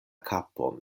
kapon